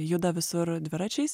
juda visur dviračiais